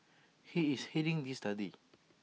he is heading this study